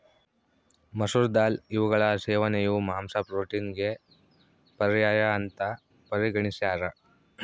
ಮಸೂರ ದಾಲ್ ಇವುಗಳ ಸೇವನೆಯು ಮಾಂಸ ಪ್ರೋಟೀನಿಗೆ ಪರ್ಯಾಯ ಅಂತ ಪರಿಗಣಿಸ್ಯಾರ